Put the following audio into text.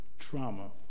trauma